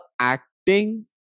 acting